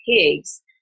pigs